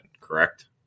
Correct